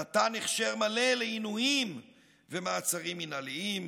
נתן הכשר מלא לעינויים ומעצרים מינהליים,